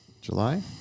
July